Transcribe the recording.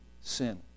sin